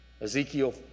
Ezekiel